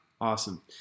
Awesome